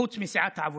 חוץ מסיעת העבודה,